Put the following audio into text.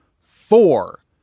four